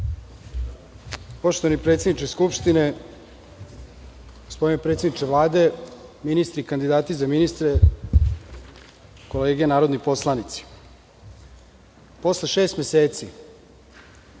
Poštovani predsedniče Skupštine, gospodine predsedniče Vlade, ministri i kandidati za ministre, kolege narodni poslanici, posle šest meseci